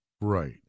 Right